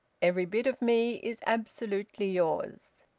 every bit of me is absolutely yours.